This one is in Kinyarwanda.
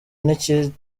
n’icyerekezo